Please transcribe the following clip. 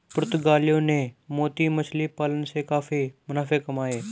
पुर्तगालियों ने मोती मछली पालन से काफी मुनाफे कमाए